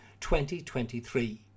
2023